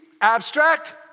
abstract